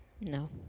no